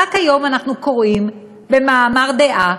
רק היום אנחנו קוראים במאמר דעה